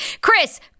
Chris